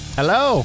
hello